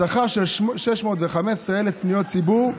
השכר של 615,000 פניות ציבור,